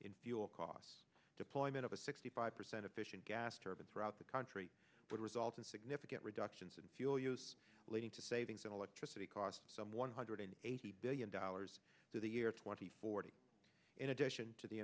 in fuel costs deployment of a sixty five percent efficient gas turbine throughout the country would result in significant reductions in fuel use leading to savings in electricity costs some one hundred eighty billion dollars to the year twenty forty in addition to the